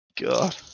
God